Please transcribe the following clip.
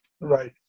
Right